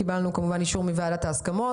קיבלנו כמובן אישור מוועדת ההסכמות,